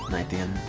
night tim!